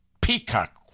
Peacock